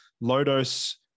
low-dose